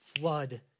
flood